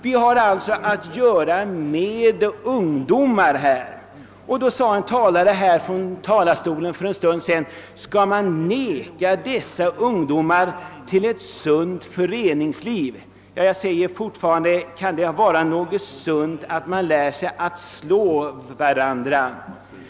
Vi har alltså främst att göra med ungdomar. En talare undrade för en stund sedan från denna talarstol, om man borde missunna dessa ett sunt föreningsliv. Jag frågar i stället: Kan det vara någonting sunt att lära sig att slå och misshandla varandra?